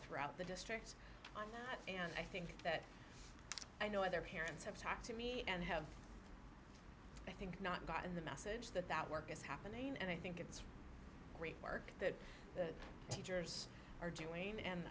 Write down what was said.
throughout the district and i think that i know other parents have talked to me and have i think not gotten the message that that work is happening and i think it's great work that the teachers are doing and